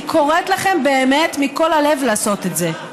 אני קוראת לכם באמת, מכל הלב, לעשות את זה.